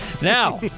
Now